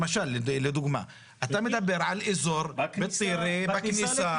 אתה מדבר על אזור בטירה, בכניסה.